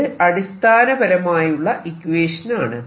ഇത് അടിസ്ഥാനപരമായുള്ള ഇക്വേഷൻ ആണ്